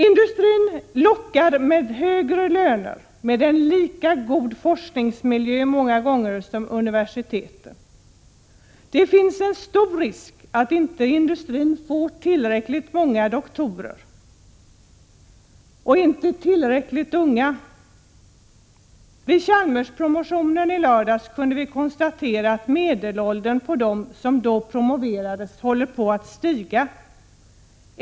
Industrin lockar med högre löner och en många gånger lika god forskningsmiljö som universiteten. Det finns en stor risk att industrin inte får tillräckligt många doktorander, och inte tillräckligt unga. Vid Chalmerspromotionen i lördags kunde vi konstatera att medelåldern på dem som promoveras håller på att stiga.